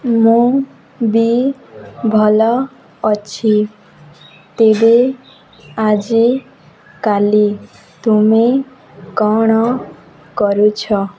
ମୁଁ ବି ଭଲ ଅଛି ତେବେ ଆଜିକାଲି ତୁମେ କ'ଣ କରୁଛ